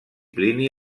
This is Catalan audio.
plini